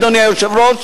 אדוני היושב-ראש,